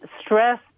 stress